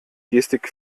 gestik